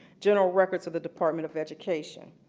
general records of the department of education.